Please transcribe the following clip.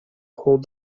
hold